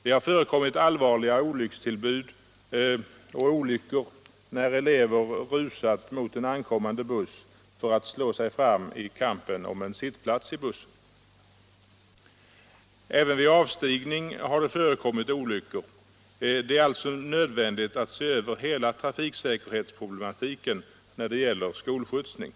Det har förekommit allvarliga olyckor och olyckstillbud då elever rusat mot en ankommande buss för att slå sig fram i kampen om en sittplats i bussen. Även vid avstigning har det förekommit olyckor. Det är alltså nödvändigt att se över hela trafiksäkerhetsproblematiken när det gäller skolskjutsning.